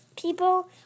people